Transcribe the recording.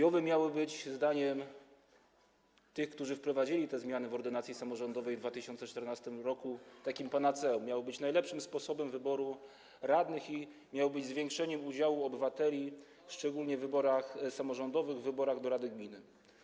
JOW-y miały być - zdaniem tych, którzy wprowadzili te zmiany w ordynacji samorządowej w 2014 r. - panaceum, miały być najlepszym sposobem wyboru radnych i miały oznaczać zwiększenie udziału obywateli w wyborach, szczególnie w wyborach samorządowych, w wyborach do rady gminy.